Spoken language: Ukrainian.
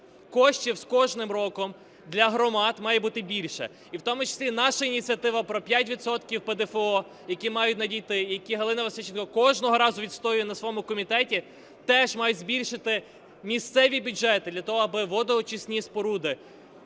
Коштів з кожним роком для громад має бути більше. І в тому числі наша ініціатива про 5 відсотків ПДФО, які мають надійти, які Галина Васильченко кожного разу відстоює на своєму комітеті, теж мають збільшити місцеві бюджети для того, аби водоочисні споруди,